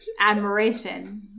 admiration